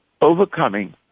overcoming